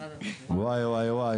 ואי, ואי.